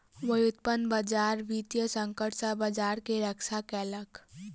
व्युत्पन्न बजार वित्तीय संकट सॅ बजार के रक्षा केलक